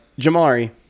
Jamari